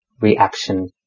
reaction